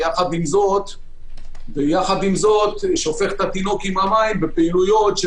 ויחד עם זה זה שופך את התינוק יחד עם המים בפעילויות של